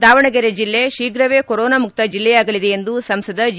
ದಾವಣಗೆರೆ ಜಲ್ಲೆ ಶೀಘವೇ ಕೊರೊನಾ ಮುಕ್ತ ಜಲ್ಲೆಯಾಗಲಿದೆ ಎಂದು ಸಂಸದ ಜಿ